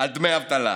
על דמי אבטלה.